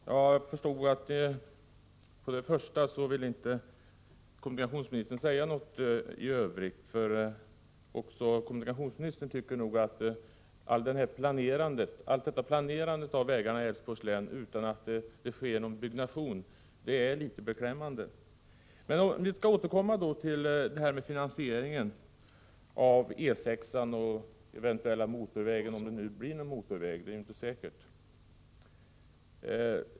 Herr talman! Jag förstod att kommunikationsministern inte skulle komma att säga någonting ytterligare, eftersom väl också kommunikationsministern tycker att allt det planerande av vägarna i Älvsborgs län som sker utan att någon byggnation kommer till stånd är litet beklämmande. Låt mig återkomma till finansieringen av utbyggnaden av E 6, eventuellt till motorväg — det är ju inte säkert att det blir en sådan.